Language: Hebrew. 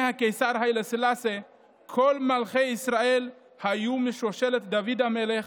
מי שכיהנה כחברת כנסת והיום היא השרה תמר זנדברג.